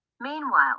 Meanwhile